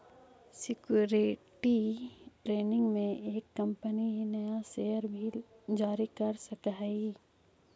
security training में एक company नया शेयर भी जारी कर सकऽ हई